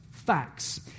facts